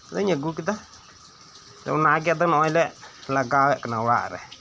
ᱟᱫᱚᱧ ᱟᱹᱜᱩᱠᱮᱫᱟ ᱚᱱᱟᱜᱤ ᱟᱫᱚ ᱱᱚᱜᱚᱭᱞᱮ ᱞᱟᱜᱟᱭᱮᱫ ᱠᱟᱱᱟ ᱚᱲᱟᱜ ᱨᱮ